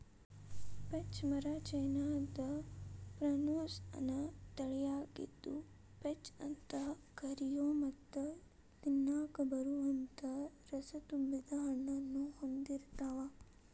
peach ಮರ ಚೇನಾದ prunus ನ ತಳಿಯಾಗಿದ್ದು, ಪೇಚ್ ಅಂತ ಕರಿಯೋ ಮತ್ತ ತಿನ್ನಾಕ ಬರುವಂತ ರಸತುಂಬಿದ ಹಣ್ಣನ್ನು ಹೊಂದಿರ್ತಾವ